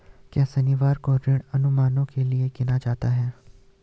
क्या शनिवार को ऋण अनुमानों के लिए गिना जाता है?